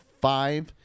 five